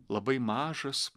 labai mažas